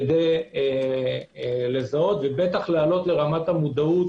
כדי לזהות ובטח להעלות לרמת המודעות